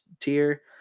tier